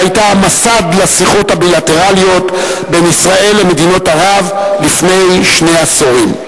שהיתה מסד לשיחות הבילטרליות בין ישראל למדינות ערב לפני שני עשורים.